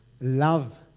love